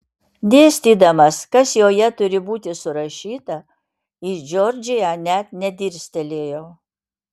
dėstydamas kas joje turi būti surašyta į džordžiją net nedirstelėjo